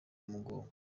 umugogo